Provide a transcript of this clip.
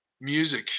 music